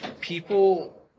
people